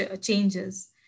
changes